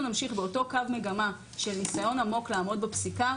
נמשיך באותו קו מגמה של ניסיון עמוק לעמוד בפסיקה,